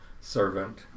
servant